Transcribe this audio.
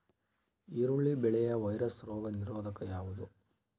ಈರುಳ್ಳಿ ಬೆಳೆಯ ವೈರಸ್ ರೋಗ ನಿರೋಧಕ ಯಾವುದು?